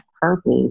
purpose